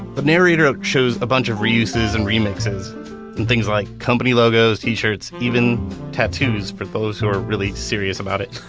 the narrator ah shows a bunch of reuses and remixes and things like company logos, tee shirts, even tattoos for those who are really serious about it